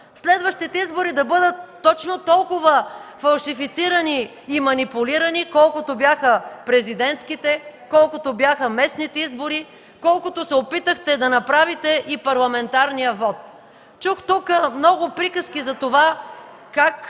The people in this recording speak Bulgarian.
Следващите избори да бъдат точно толкова фалшифицирани и манипулирани, колкото бяха президентските и местните, колкото се опитахте да направите и парламентарния вот. Тук чух много приказки за това, как